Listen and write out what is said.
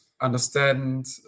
understand